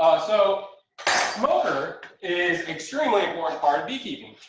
so smoker is extremely important part of beekeeping.